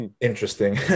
Interesting